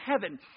heaven